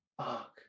Fuck